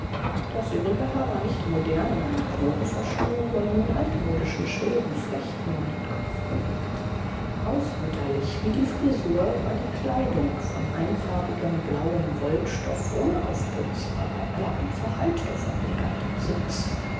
das übrige haar war nicht modern in einen knoten verschlungen sondern in altmodischen schweren flechten um den kopf gelegt hausmütterlich wie die frisur war die kleidung von einfarbigem blauem wollstoff ohne aufputz aber bei aller einfachheit doch von elegantem sitz